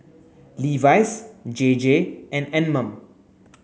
Levi's J J and Anmum